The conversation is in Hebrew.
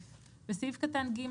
(א)בסעיף קטן (ג),